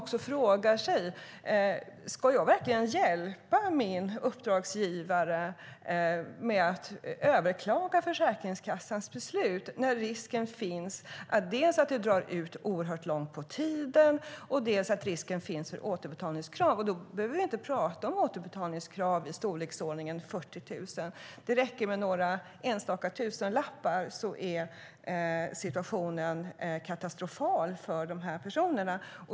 De frågar sig om de verkligen ska hjälpa sina uppdragsgivare med att överklaga Försäkringskassans beslut när det dels är risk för att det hela drar ut på tiden, dels finns risk för återbetalningskrav. Då behöver det inte handla om återbetalningskrav i storleksordningen 40 000 kronor. Det räcker med några enstaka tusenlappar för att situationen ska bli katastrofal för dessa personer.